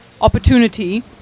opportunity